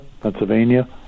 Pennsylvania